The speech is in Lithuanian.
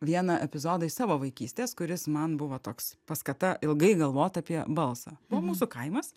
vieną epizodą iš savo vaikystės kuris man buvo toks paskata ilgai galvot apie balsą buvo mūsų kaimas